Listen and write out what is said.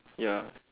ya